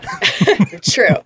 True